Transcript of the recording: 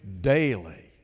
daily